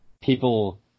people